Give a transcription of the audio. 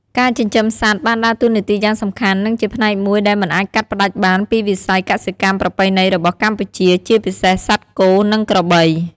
ការចិញ្ចឹមសត្វបានដើរតួនាទីយ៉ាងសំខាន់ និងជាផ្នែកមួយដែលមិនអាចកាត់ផ្ដាច់បានពីវិស័យកសិកម្មប្រពៃណីរបស់កម្ពុជា ជាពិសេសសត្វគោ និងក្របី។